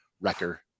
Wrecker